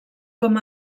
com